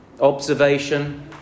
Observation